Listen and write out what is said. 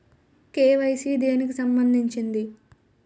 KYC దేనికి సంబందించింది?